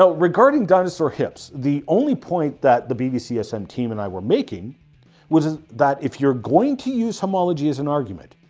ah regarding dinosaur hips, the only point the bvcsm team and i were making was that if you're going to use homology as an argument,